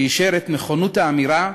שאישר את נכונות האמירה,